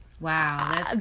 Wow